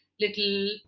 little